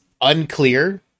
unclear